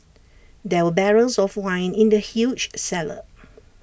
there were barrels of wine in the huge cellar